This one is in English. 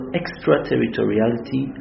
extraterritoriality